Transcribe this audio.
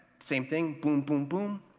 same thing. boom, boom, boom.